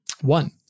One